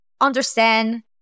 understand